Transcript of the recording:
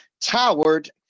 towered